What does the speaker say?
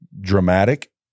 dramatic